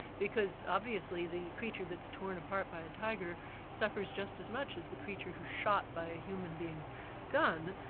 because obviously the creature that's torn apart by a tiger suffers just as much as the creature who's shot by a human being's gun.